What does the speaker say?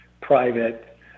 private